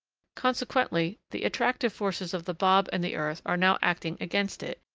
consequently, the attractive forces of the bob and the earth are now acting against it,